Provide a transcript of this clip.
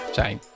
zijn